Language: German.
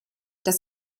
das